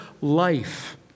life